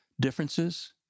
differences